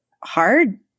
hard